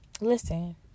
listen